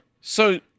So-